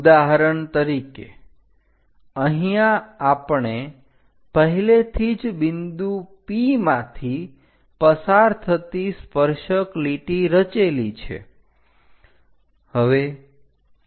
ઉદાહરણ તરીકે અહીંયા આપણે પહેલેથી જ બિંદુ P માંથી પસાર થતી સ્પર્શક લીટી રચેલી છે